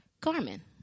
Carmen